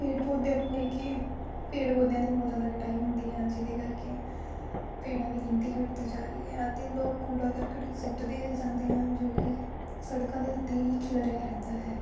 ਪੇੜ ਪੌਦਿਆਂ ਨੂੰ ਲੈ ਕੇ ਪੇੜ ਪੌਦਿਆਂ ਦੀ ਬਹੁਤ ਜ਼ਿਆਦਾ ਕਟਾਈ ਹੁੰਦੀ ਹੈ ਜਿਹਦੇ ਕਰਕੇ ਪੇੜਾਂ ਦੀ ਗਿਣਤੀ ਘੱਟਦੀ ਜਾ ਰਹੀ ਹੈ ਅਤੇ ਲੋਕ ਕੂੜਾ ਕਰਕਟ ਸਿੱਟਦੇ ਜਾਂਦੇ ਹਨ ਜੋ ਕਿ ਸੜਕਾਂ ਦੇ ਉੱਤੇ ਹੀ ਖਿਲਰਿਆ ਰਹਿੰਦਾ ਹੈ